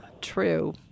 true